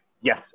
Yes